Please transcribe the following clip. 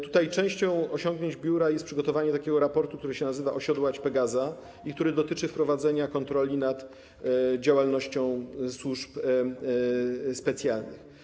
Tutaj częścią osiągnięć biura jest przygotowanie raportu, który się nazywa „Osiodłać Pegaza” i który dotyczy wprowadzenia kontroli nad działalnością służb specjalnych.